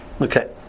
Okay